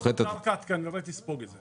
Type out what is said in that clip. בסוף הקרקע תספוג את זה.